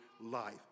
life